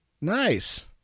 Nice